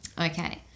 Okay